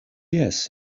jes